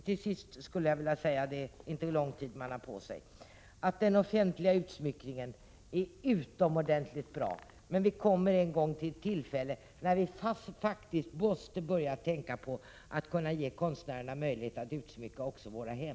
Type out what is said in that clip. Till sist skulle jag vilja säga — det är inte lång tid man har på sig — att den offentliga utsmyckningen är utomordentligt bra, men vi kommer ibland till tillfällen när vi faktiskt måste börja tänka på att ge konstnärerna möjlighet att utsmycka också våra hem.